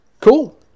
Cool